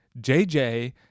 JJ